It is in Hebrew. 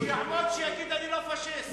שיגיד, אני לא פאשיסט.